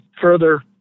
further